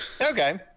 Okay